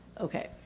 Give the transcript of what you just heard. Okay